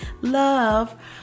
love